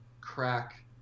crack